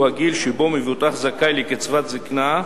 הוא הגיל שבו מבוטח זכאי לקצבת זיקנה,